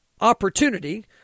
opportunity